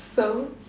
so